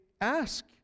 ask